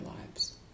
lives